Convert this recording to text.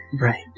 Right